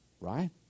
right